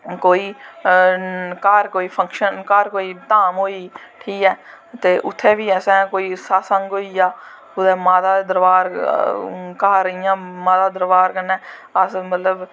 कोई घर कोई फंक्नश घर कोई धाम होई ठीक ऐ ते उत्थें बी असैं कोई सतसंग होईया कुदै माता दे दरवार घर इयां माता दे दरवार कन्नै अस मतलव